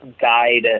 guide